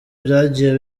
byagiye